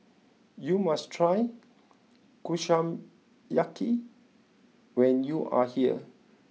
you must try Kushiyaki when you are here